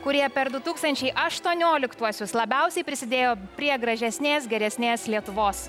kurie per du tūkstančiai aštuonioliktuosius labiausiai prisidėjo prie gražesnės geresnės lietuvos